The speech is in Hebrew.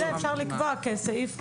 את זה אפשר לקבוע כסעיף כללי,